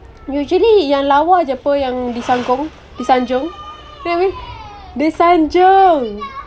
usually yang lawa jer pun yang disanjung disanjung disanjung